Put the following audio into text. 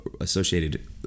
associated